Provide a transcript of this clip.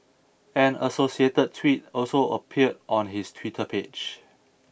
an associated tweet also appeared on his Twitter page